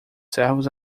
servos